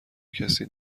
کسی